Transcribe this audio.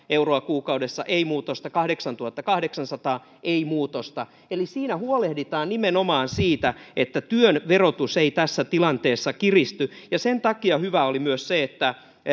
euroa kuukaudessa ei muutosta kahdeksantuhattakahdeksansataa ei muutosta eli siinä huolehditaan nimenomaan siitä että työn verotus ei tässä tilanteessa kiristy sen takia hyvää oli myös se että